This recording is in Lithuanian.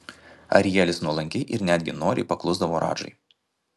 arielis nuolankiai ir netgi noriai paklusdavo radžai